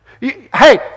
Hey